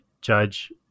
judge